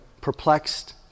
perplexed